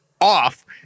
off